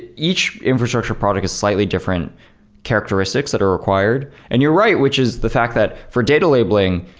each infrastructure product is slightly different characteristics that are required. and you're right, which is the fact that for data labeling,